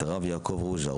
את הרב יעקב רוז'ה,